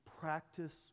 practice